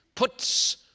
puts